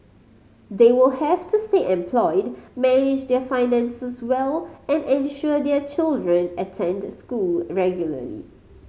they will have to stay employed manage their finances well and ensure their children attend school regularly